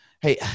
Hey